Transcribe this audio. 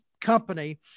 company